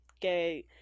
okay